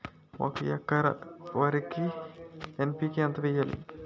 ఒక ఎకర వరికి ఎన్.పి.కే ఎంత వేయాలి?